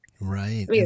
Right